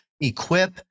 equip